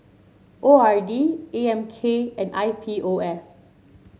O R D A M K and I P O S